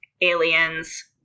Aliens